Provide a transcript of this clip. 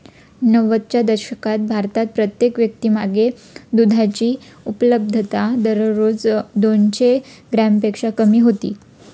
नव्वदच्या दशकात भारतात प्रत्येक व्यक्तीमागे दुधाची उपलब्धता दररोज दोनशे ग्रॅमपेक्षा कमी होती